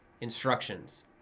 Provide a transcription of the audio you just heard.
instructions